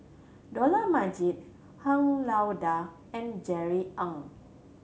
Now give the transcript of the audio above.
Dollah Majid Han Lao Da and Jerry Ng